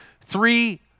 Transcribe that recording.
three